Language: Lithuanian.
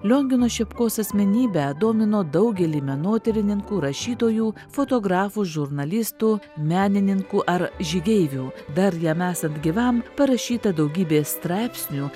liongino šepkos asmenybę domino daugelį menotyrininkų rašytojų fotografų žurnalistų menininkų ar žygeivių dar jam esant gyvam parašyta daugybė straipsnių